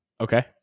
Okay